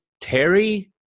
Terry